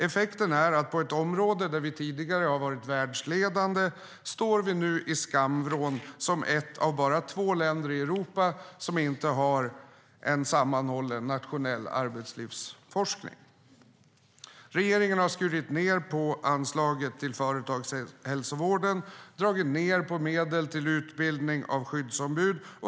Effekten är att vi på ett område där vi tidigare har varit världsledande nu står i skamvrån som ett av bara två länder i Europa som inte har en sammanhållen nationell arbetslivsforskning. Regeringen har skurit ned på anslaget till företagshälsovården och dragit ned på medlen till utbildning av skyddsombud.